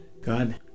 God